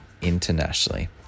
internationally